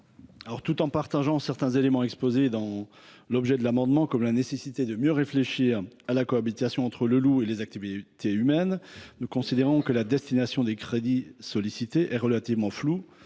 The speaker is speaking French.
Tout en souscrivant à certains éléments exposés dans l’objet de l’amendement, comme la nécessité de mieux réfléchir à la cohabitation entre le loup et les activités humaines, nous considérons que la destination des crédits sollicités est relativement floue.